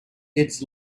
its